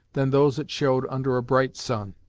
than those it showed under a bright sun.